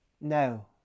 No